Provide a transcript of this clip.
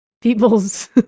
people's